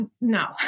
no